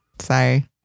Sorry